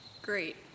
Great